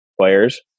players